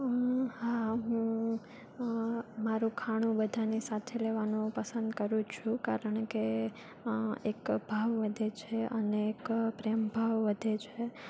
હા હું મારું ખાણું વધારે સાથે લેવાનું પસંદ કરું છું કારણ કે એક ભાવ વધે છે અને એક પ્રેમ ભાવ વધે છે